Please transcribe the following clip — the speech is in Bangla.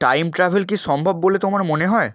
টাইম ট্রাভেল কি সম্ভব বলে তোমার মনে হয়